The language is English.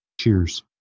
Cheers